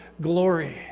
glory